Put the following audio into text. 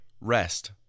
rest